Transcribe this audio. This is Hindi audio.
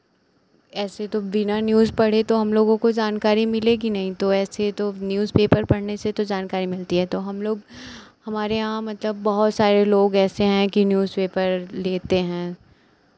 ऐसे तो बिना न्यूज़ पढ़े तो हम लोगों को जानकारी मिलेगी नहीं तो ऐसे तो न्यूज़पेपर पढ़ने से तो जानकारी मिलती है तो हम लोग हमारे यहाँ मतलब बहुत सारी लोग ऐसे है कि न्यूज़पेपर लेते हैं